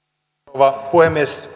rouva puhemies